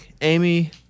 Amy